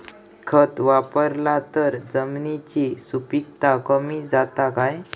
खत वापरला तर जमिनीची सुपीकता कमी जाता काय?